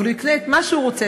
אבל הוא יקנה את מה שהוא רוצה,